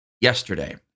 yesterday